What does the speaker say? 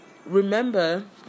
Remember